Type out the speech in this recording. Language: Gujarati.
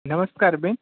નમસ્કાર બેન